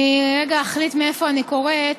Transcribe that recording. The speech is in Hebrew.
אני רגע אחליט מאיפה אני קוראת.